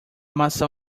maçã